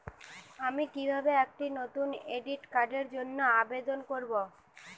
আমি কিভাবে একটি নতুন ডেবিট কার্ডের জন্য আবেদন করব?